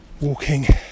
walking